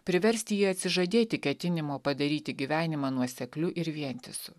priversti jį atsižadėti ketinimo padaryti gyvenimą nuosekliu ir vientisu